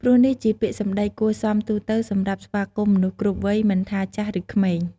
ព្រោះនេះជាពាក្យសម្ដីគួរសមទូទៅសម្រាប់ស្វាគមន៍មនុស្សគ្រប់វ័យមិនថា ចាស់ ឬក្មេង។